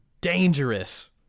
dangerous